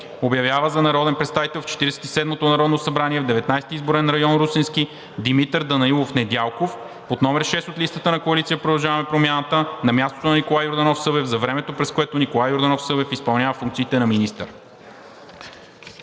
Обявява за народен представител в 47-ото Народно събрание в Деветнадесети изборен район – Русенски, Димитър Данаилов Недялков, ЕГН …, под № 6 от листата на Коалиция „Продължаваме Промяната“ на мястото на Николай Йорданов Събев за времето, през което Николай Йорданов Събев изпълнява функциите на министър.